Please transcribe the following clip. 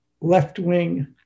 left-wing